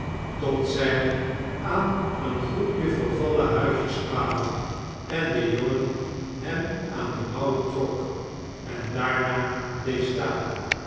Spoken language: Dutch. tot zij aan een groeipje vorvallen huisjes kwamcn en de jongen hem aan de mouvv trok eu claania bleef staaii